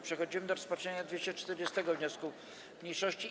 Przechodzimy do rozpatrzenia 240. wniosku mniejszości.